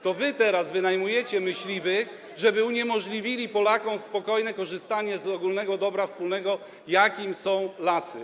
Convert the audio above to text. To wy teraz wynajmujecie myśliwych, żeby uniemożliwili Polakom spokojne korzystanie z ogólnego dobra wspólnego, jakim są lasy.